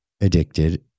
addicted